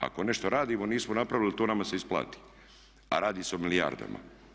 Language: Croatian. Ako nešto radimo, nismo napravili, to nama se isplati a radi se o milijardama.